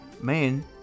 man